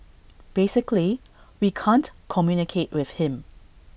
basically we can't communicate with him